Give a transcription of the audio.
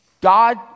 God